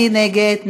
מי נגד?